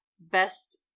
best